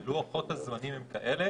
כי לוחות-הזמנים הם כאלה